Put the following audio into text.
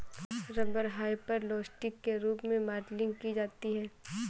rubber hyperelastic के रूप में मॉडलिंग की जाती है